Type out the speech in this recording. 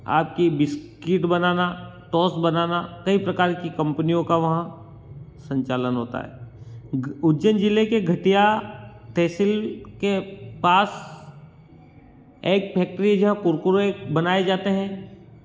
आपकी बिस्किट बनाना टोंस बनाना कई प्रकार की कंपनियों का वहाँ संचालन होता है उज्जैन जिले के दतिया तहसील के पास एक फैक्ट्री है जहाँ कुरकुरे बनाए जाते हैं